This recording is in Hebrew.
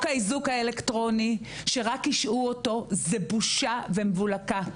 האיזוק האלקטרוני שרק השעו אותו זו בושה ומבולקה.